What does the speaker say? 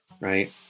right